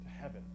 heaven